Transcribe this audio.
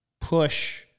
push